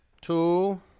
Two